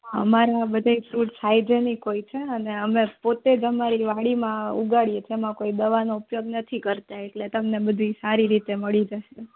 અમારા બધાંય fruit hygienic હોય છે અને અમે પોતે જ અમારી વાડીમાં ઉગાડીએ છીએ એમાં કોઈ દવાનો ઉપયોગ નથી કરતાં એટલે તમને બધુંય સારી રીતે મળી જશે